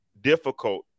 difficult